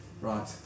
Right